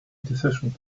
decisions